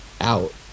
out